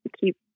keep